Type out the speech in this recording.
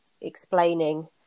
explaining